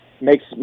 makes